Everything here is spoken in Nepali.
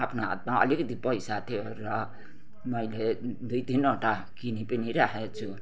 आफ्नो हातमा अलिकति पैसा थियो र मैले दुई तिनवटा किनी पनि राखेको छु